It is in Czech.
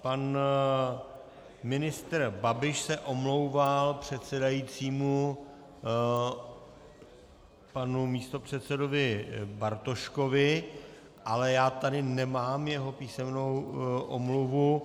Pan ministr Babiš se omlouval předsedajícímu, panu místopředsedovi Bartoškovi, ale já tady nemám jeho písemnou omluvu.